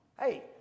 Hey